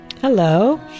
Hello